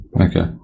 Okay